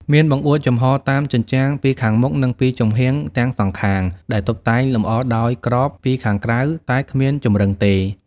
មានបង្អួចចំហតាមជញ្ជាំងពីខាងមុខនិងពីចំហៀងទាំងសងខាង ដែលតុបតែងលម្អដោយក្របពីខាងក្រៅ តែគ្មានចម្រឹងទេ។